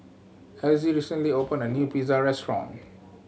Elzie recently opened a new Pizza Restaurant